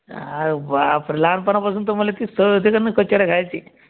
हा बाप लहानपणापासून तुम्हाला तीच सवय होती का न कचोऱ्या खायची